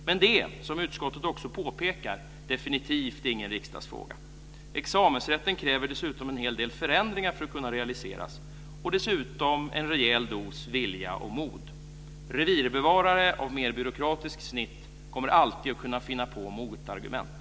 Men det är, som utskottet också påpekar, definitivt ingen riksdagsfråga. Examensrätten kräver dessutom en hel del förändringar för att kunna realiseras, och dessutom en rejäl dos vilja och mod. Revirbevarare av mer byråkratiskt snitt kommer alltid att kunna finna på motargument.